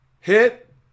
Hit